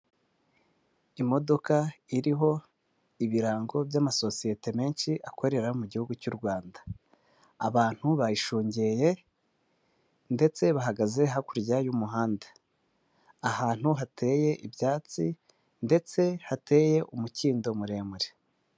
Imodoka iriho ibirango by'amasosiyete menshi akorera mu gihugu cy'u Rwanda, abantu bayishungeye ndetse bahagaze hakurya y'umuhanda ahantu hateye ibyatsi ndetse hateye umukindo muremure.